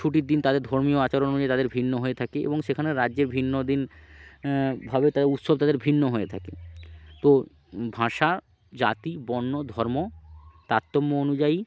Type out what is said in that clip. ছুটির দিন তাদের ধর্মীয় আচরণ অনুযায়ী তাদের ভিন্ন হয়ে থাকে এবং সেখানের রাজ্যে ভিন্ন দিন ভাবে তাদের উৎসব তাদের ভিন্ন হয়ে থাকে তো ভাঁষা জাতি বর্ণ ধর্ম তারতম্য অনুযায়ী